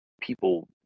people